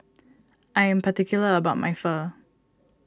I am particular about my Pho